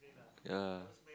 yea